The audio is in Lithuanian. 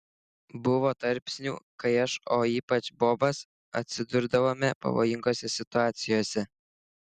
buvo tarpsnių kai aš o ypač bobas atsidurdavome pavojingose situacijose